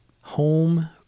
home